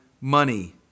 money